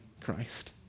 Christ